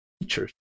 teachers